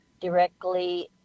directly